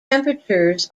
temperatures